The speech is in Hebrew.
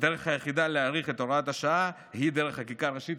הדרך היחידה להאריך את הוראת השעה היא דרך חקיקה ראשית,